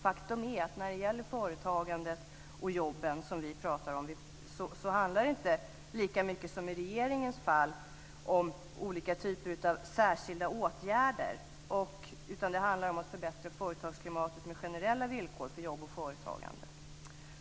Faktum är att det när det gäller företagandet och jobben, som vi pratar om, inte lika mycket som i regeringens fall handlar om olika typer av särskilda åtgärder utan om att få ett bättre företagsklimat med generella villkor för jobb och företagande.